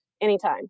anytime